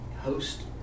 host